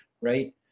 right